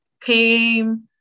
came